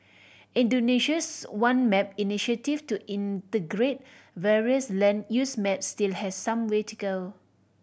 Indonesia's One Map initiative to integrate various land use maps still has some way to go